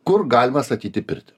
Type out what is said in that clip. kur galima statyti pirtį